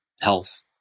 health